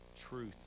truth